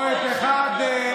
או את הסידורים של נשות הכותל.